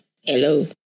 Hello